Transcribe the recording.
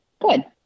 good